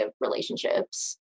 relationships